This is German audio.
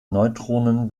neutronen